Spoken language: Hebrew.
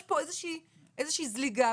יש פה איזושהי זליגה,